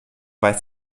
weist